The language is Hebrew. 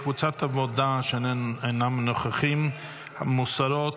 קבוצת העבודה אינם נוכחים, מוסרות.